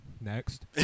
Next